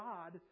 God